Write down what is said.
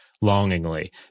longingly